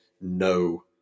no